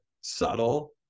subtle